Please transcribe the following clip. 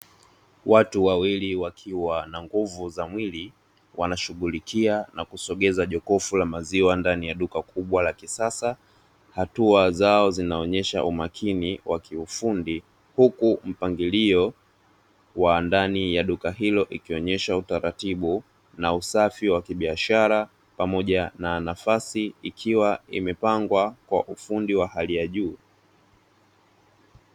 Watu wawili wakiwa na nguvu za mwili, wanashughulikia na kusogeza jokofu ndani ya duka kubwa la kisasa, hatua zao zinaonyesha umakini wa kiufundi, huku mpangilio wa ndani ya duka hilo ukionyesha utaratibu na usafi wa kibiashara pamoja na nafasi ikiwa imepangwa kwa ufundi wa hali ya juu.